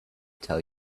tell